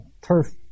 turf